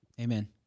amen